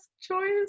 choice